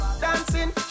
Dancing